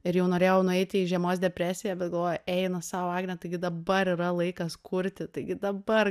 ir jau norėjau nueiti į žiemos depresiją bet galvoju eina sau agne taigi dabar yra laikas kurti taigi dabar